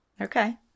Okay